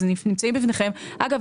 אגב,